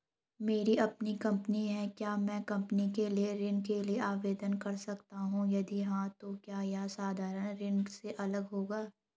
मेरी अपनी कंपनी है क्या मैं कंपनी के लिए ऋण के लिए आवेदन कर सकता हूँ यदि हाँ तो क्या यह साधारण ऋण से अलग होगा?